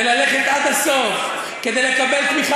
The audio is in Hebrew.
וללכת עד הסוף כדי לקבל תמיכה,